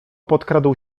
podkradł